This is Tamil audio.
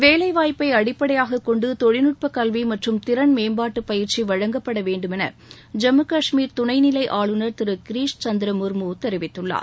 வேலைவாய்ப்பை அடிப்படையாகக் கொண்டு தொழில்நுட்ப கல்வி மற்றும் திறன் மேம்பாட்டு பயிற்சி வழங்கப்பட வேண்டுமென ஜம்மு காஷ்மீர் துணை நிலை ஆளுநர் திரு கிரிஸ் சந்திர மோமு தெரிவித்துள்ளார்